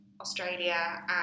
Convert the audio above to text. australia